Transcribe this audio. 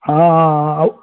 हँ हँ ओ